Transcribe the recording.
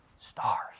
Stars